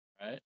Right